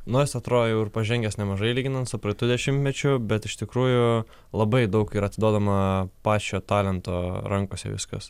nors atrodo jau ir pažengęs nemažai lyginant su praeitu dešimtmečiu bet iš tikrųjų labai daug ir atiduodama pačio talento rankose viskas